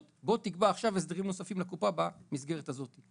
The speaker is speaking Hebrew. שיקבע עכשיו הסדרים נוספים לקופה במסגרת הזאת.